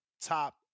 top